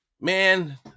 Man